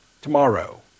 tomorrow